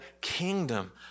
kingdom